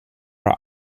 are